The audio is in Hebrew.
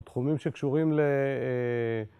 תחומים שקשורים ל...